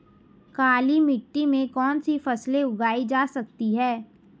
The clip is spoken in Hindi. काली मिट्टी में कौनसी फसलें उगाई जा सकती हैं?